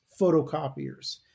photocopiers